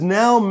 now